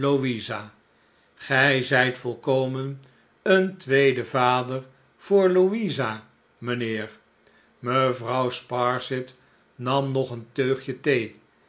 gij zijt volkomen een tweede vader voor louisa mijnheer mevrouw sparsit nam nog een teugje thee